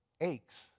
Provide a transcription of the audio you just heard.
aches